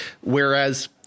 Whereas